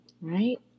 Right